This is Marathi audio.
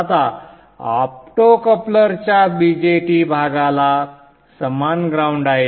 आता ऑप्टोकपलरच्या BJT भागाला समान ग्राउंड आहे